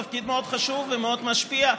תפקיד מאוד חשוב ומאוד משפיע,